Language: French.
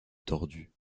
tordus